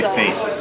fate